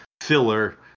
filler